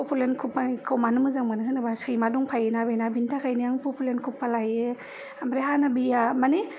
फफुलेन कफा खौ मानो मोनो होनोब्ला सैमा दंफायोना बेना बेनिखायनो आं फफुलेन कफा लायो ओमफ्राय हानाबिया मानि